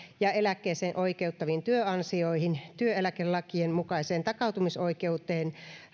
ja eläkkeeseen oikeuttaviin työansioihin työeläkelakien mukaiseen takautumisoikeuteen